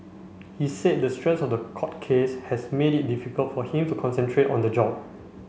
he said the stress of the court case has made it difficult for him to concentrate on the job